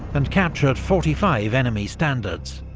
and captured forty five enemy standards.